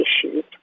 issues